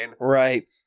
Right